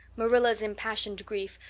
marilla's impassioned grief,